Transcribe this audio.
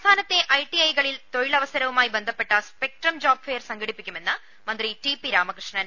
സംസ്ഥാനത്തെ ഐടിഐ കളിൽ തൊഴിലസരവുമായി ബന്ധപ്പെട്ട് സ്പെക്ട്രം ജോബ് ഐയർ സംഘടിപ്പിക്കുമെന്ന് മന്ത്രി ടി പി രാമകൃഷ്ണൻ